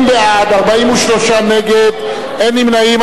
20 בעד, 43 נגד, אין נמנעים.